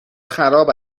خراب